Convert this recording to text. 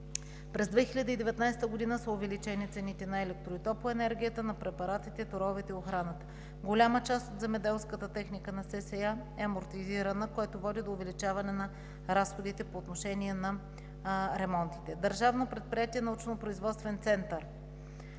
През 2019 г. са увеличени цените на електро- и топлоенергията, на препаратите, торовете и охраната. Голяма част от земеделската техника на Селскостопанската академия е амортизирана, което води до увеличаване на разходите по отношение на ремонтите. Държавно предприятие „Научно-производствен център“: